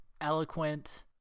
eloquent